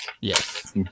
Yes